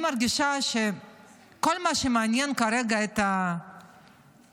אני מרגישה שכל מה שמעניין כרגע את הממשלה,